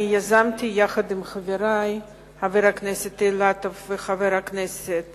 אני יזמתי יחד עם חברי חבר הכנסת אילטוב וחבר הכנסת